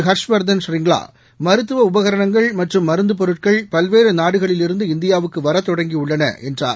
ஹர்ஷ்வர்தன் ஷ்ரிங்க்லா மருத்துவ உபகரணங்கள் மற்றும் மருந்தப் பொருட்கள் பல்வேறு நாடுகளில் இருந்து இந்தியாவுக்கு வரத் தொடங்கியுள்ளன என்றார்